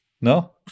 No